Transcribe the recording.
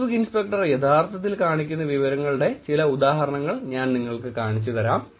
Facebook inspector യഥാർത്ഥത്തിൽ കാണിക്കുന്ന വിവരങ്ങളുടെ ചില ഉദാഹരണങ്ങൾ ഞാൻ നിങ്ങൾക്ക് കാണിച്ചുതരാം